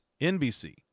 NBC